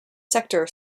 sector